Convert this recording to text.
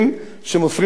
חס וחלילה,